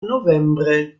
novembre